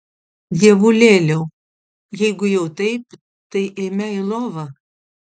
dievulėliau jeigu jau taip tai eime į lovą